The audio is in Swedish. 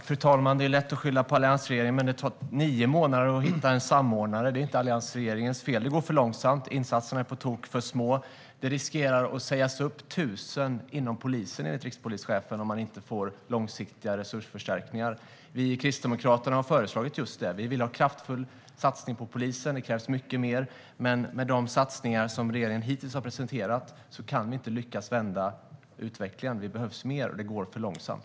Fru talman! Det är ju lätt att skylla på alliansregeringen, men att det tar nio månader att hitta en samordnare är inte alliansregeringens fel. Det går för långsamt. Insatserna är på tok för små. Enligt rikspolischefen riskerar 1 000 personer inom polisen att sägas upp om man inte får långsiktiga resursförstärkningar. Vi i Kristdemokraterna har föreslagit just detta - vi vill ha en kraftfull satsning på polisen. Det krävs mycket mer, men med de satsningar som regeringen hittills har presenterat går det inte att vända utvecklingen. Det behövs mer, och det går för långsamt.